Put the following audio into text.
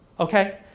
okay,